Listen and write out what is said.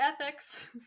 ethics